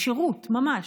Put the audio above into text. בשירות ממש,